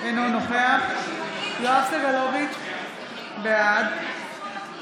אינו נוכח יואב סגלוביץ' בעד יבגני סובה,